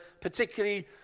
particularly